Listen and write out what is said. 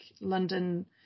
London